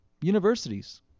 universities